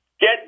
get